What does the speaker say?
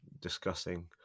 discussing